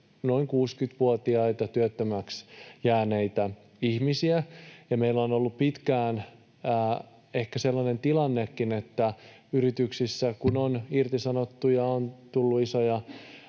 noin 60-vuotiaita työttömäksi jääneitä ihmisiä, ja meillä on ollut pitkään ehkä sellainen tilannekin, että kun yrityksissä on irtisanottu ja on tullut isoja